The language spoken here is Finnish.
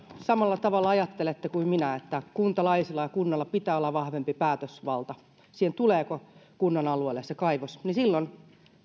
samalla tavalla kuin minä että kuntalaisilla ja kunnalla pitää olla vahvempi päätösvalta siihen tuleeko kaivos kunnan alueelle niin silloin